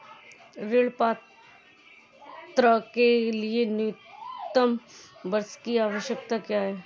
ऋण पात्रता के लिए न्यूनतम वर्ष की आवश्यकता क्या है?